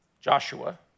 Joshua